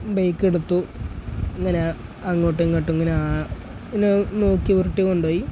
ബൈക്കെടുത്തു ഇങ്ങനെ അങ്ങോട്ടും ഇങ്ങോട്ടും ഇങ്ങനെ ആ ഇങ്ങനെ നോക്കി ഉരുട്ടിക്കൊണ്ടുപോയി